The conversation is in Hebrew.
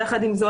יחד עם זאת,